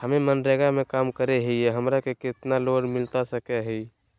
हमे मनरेगा में काम करे हियई, हमरा के कितना लोन मिलता सके हई?